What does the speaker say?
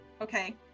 Okay